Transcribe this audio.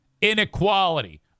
inequality